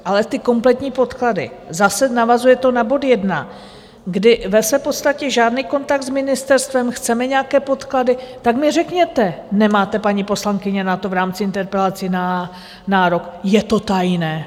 Ale ty kompletní podklady zase, navazuje to na bod jedna, kdy v podstatě žádný kontakt s ministerstvem, chceme nějaké podklady, tak mi řekněte nemáte, paní poslankyně, na to v rámci interpelací na nárok, je to tajné.